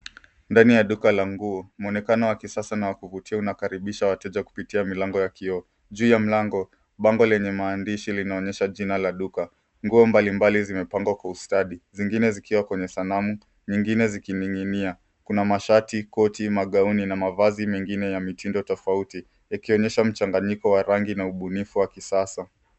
Ndani ya duka la nguo, muonekano wa kisasa na wa kuvutia unakaribisha wateja kupitia milango ya kioo. Juu ya mlango, bango lenye maandishi linaonyesha jina la duka. Nguo mbalimbali zimepangwa kwa ustadi. Zingine zikiwa kwenye sanamu, nyingine zikining'inia. Kuna mashati, koti, magauni na mavazi mengine ya mitindo tofauti. Yakionyesha mchanganyiko wa rangi na ubunifu wa kisasa.